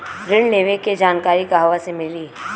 ऋण लेवे के जानकारी कहवा से मिली?